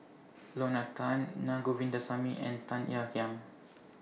Lorna Tan Naa Govindasamy and Tan Ean Kiam